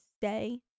stay